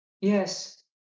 yes